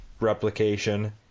replication